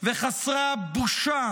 וחסרי הבושה